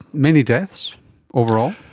many deaths overall?